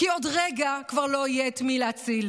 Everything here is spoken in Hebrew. כי עוד רגע כבר לא יהיה את מי להציל.